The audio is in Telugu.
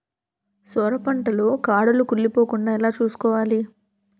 సొర పంట లో కాడలు కుళ్ళి పోకుండా ఎలా చూసుకోవాలి?